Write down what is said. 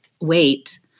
wait